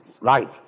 right